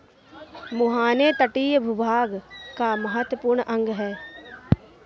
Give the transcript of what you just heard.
मुहाने तटीय भूभाग का महत्वपूर्ण अंग है